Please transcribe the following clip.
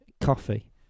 coffee